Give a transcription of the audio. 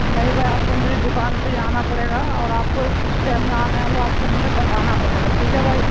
نہیں بھائی آپ کو میرے دکان پہ ہی آنا پڑے گا اور آپ کو کس ٹائم میں آنا ہے وہ آپ کو مجھے بتانا پڑے گا ٹھیک ہے بھائی